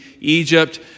Egypt